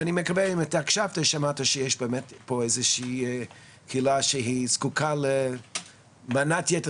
ואני מקווה אם אתה הקשבת שמעת שיש פה באמת קהילה שזקוקה למנת יתר,